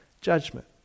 judgment